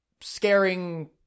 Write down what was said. scaring